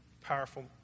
powerful